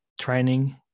training